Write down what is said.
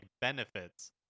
benefits